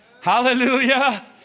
Hallelujah